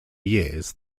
years